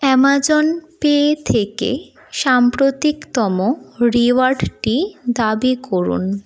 Amazon Pay থেকে সাম্প্রতিকতম রিওয়ার্ডটি দাবি করুন